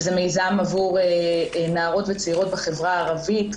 שזה מיזם עבור נערות וצעירות בחברה העברית,